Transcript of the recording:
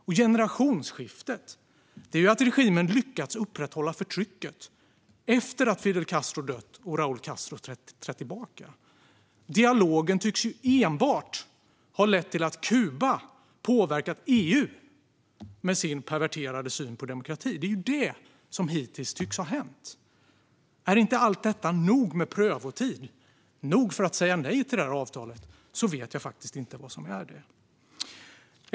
Och generationsskiftet är att regimen lyckats upprätthålla förtrycket efter att Fidel Castro dött och Raúl Castro trätt tillbaka. Dialogen tycks enbart ha lett till att Kuba påverkat EU med sin perverterade syn på demokrati. Det är det som hittills tycks ha hänt. Är inte allt detta nog med prövotid, nog för att säga nej till det här avtalet, vet jag faktiskt inte vad som är det.